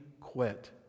quit